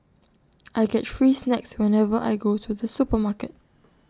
I get free snacks whenever I go to the supermarket